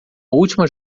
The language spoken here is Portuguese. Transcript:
última